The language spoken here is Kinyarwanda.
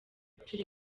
turi